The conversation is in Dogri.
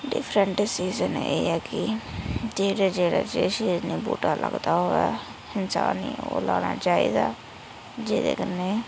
डिफरंट डिसिजन एह् ऐ कि जेह्ड़े जेह्ड़े सीज़न गी बूह्टा लगदा होऐ जानि ओह् लाना चाहिदा जेह्दे कन्नै